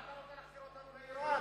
מה אתה רוצה, להחזיר אותנו לאירן?